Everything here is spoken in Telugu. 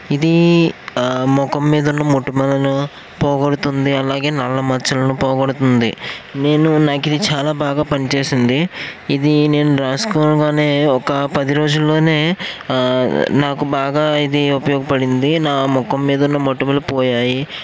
ఇది ముఖం మీద ఉన్న మొటిమలను పోగొడుతుంది అలాగే నల్ల మచ్చలను పోగొడుతుంది నేను నాకు ఇది చాలా బాగా పనిచేసింది ఇది నేను రాసుకోగానే ఒక పది రోజులోనే నాకు బాగా ఇది ఉపయోగపడింది నా ముఖం మీద ఉన్న మొటిమలు పోయాయి